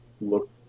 look